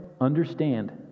understand